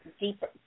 deeper